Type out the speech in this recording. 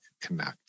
connect